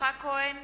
יצחק כהן,